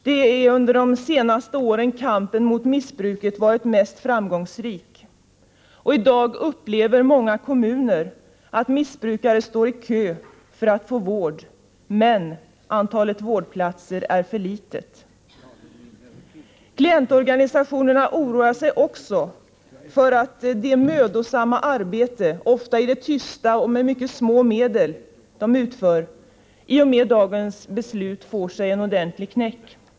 Det är under de senaste åren som .kampen mot missbruket har varit mest framgångsrik. I dag upplever många kommuner att missbrukare står i kö för att få vård, men antalet vårdplatser är för litet. Klientorganisationerna oroar sig också för att det mödosamma arbete — ofta i det tysta och med mycket små medel — som de utför i och med detta beslut får sig en ordentlig knäck.